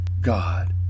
God